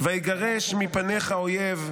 "ויגרש מפניך אויב,